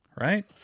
right